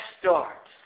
start